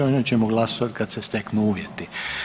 O njoj ćemo glasovati kad se steknu uvjeti.